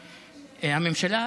הממשלה,